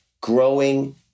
growing